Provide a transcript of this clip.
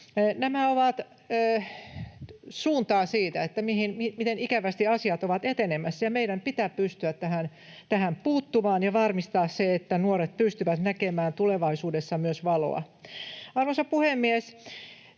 Nämä ovat suuntaa siinä, että miten ikävästi asiat ovat etenemässä, ja meidän pitää pystyä tähän puuttumaan ja varmistamaan se, että nuoret pystyvät näkemään tulevaisuudessa myös valoa. Arvoisa puhemies!